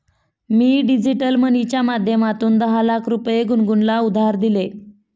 मी digital मनीच्या माध्यमातून दहा लाख रुपये गुनगुनला उधार दिले